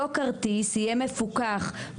אותו כרטיס יהיה מפוקח,